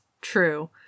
true